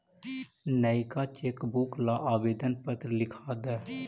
नएका चेकबुक ला आवेदन पत्र लिखा द